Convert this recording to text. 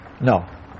No